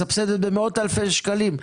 מסבסדת במאות אלפי שקלים,